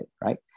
right